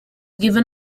given